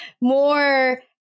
more